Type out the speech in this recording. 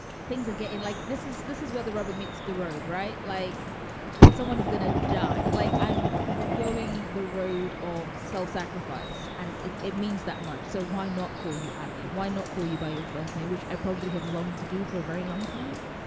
things that get in like this is this is where the rubber meets the road, right? like yeah someone is going to die, like i'm going the road of self-sacrifice and it it means that much. so why not call you abby? why not call you by your first name, which i probably have longed to do for a very long time?